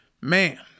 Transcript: man